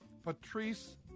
patrice